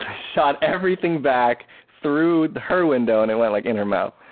shot everything back through the her window and i went like in her mouth.